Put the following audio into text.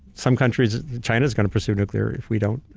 some country's, china's gonna pursue nuclear if we don't.